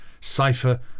cipher